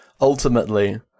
ultimately